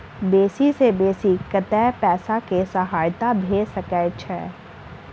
बेसी सऽ बेसी कतै पैसा केँ सहायता भऽ सकय छै?